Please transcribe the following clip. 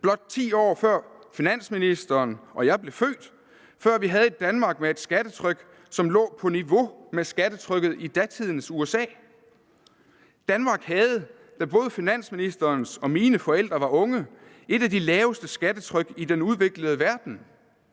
blot 10 år før finansministeren og jeg blev født, før vi havde et Danmark med et skattetryk, som lå på niveau med skattetrykket i datidens USA. Kl. 15:33 Danmark havde, da både finansministerens og mine forældre var unge, et af de laveste skattetryk i den udviklede verden.